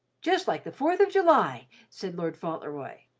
just like the fourth of july! said lord fauntleroy.